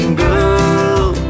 girl